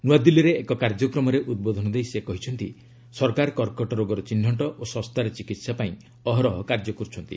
ନୂଆଦିଲ୍ଲୀରେ ଏକ କାର୍ଯ୍ୟକ୍ରମରେ ଉଦ୍ବୋଧନ ଦେଇ ସେ କହିଛନ୍ତି ସରକାର କର୍କଟ ରୋଗର ଚିହ୍ନଟ ଓ ଶସ୍ତାରେ ଚିକିତ୍ସା ପାଇଁ ଅହରହ କାର୍ଯ୍ୟ କରୁଛନ୍ତି